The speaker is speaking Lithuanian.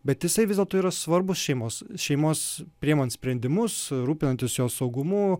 bet jisai vis dėlto yra svarbūs šeimos šeimos priimant sprendimus rūpinantis jos saugumo